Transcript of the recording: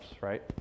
right